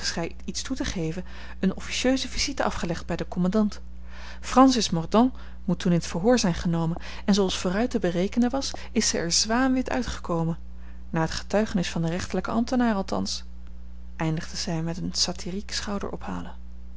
iets toe te geven eene officieuse visite afgelegd bij den commandant francis mordaunt moet toen in t verhoor zijn genomen en zooals vooruit te berekenen was is zij er zwaanwit uitgekomen naar t getuigenis van den rechterlijken ambtenaar althans eindigde zij met een satyriek schouderophalen